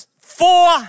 four